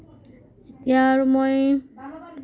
এতিয়া আৰু মই